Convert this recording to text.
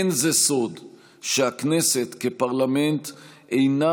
אין זה סוד שהכנסת כפרלמנט אינה